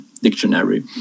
dictionary